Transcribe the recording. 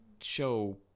show